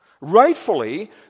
Rightfully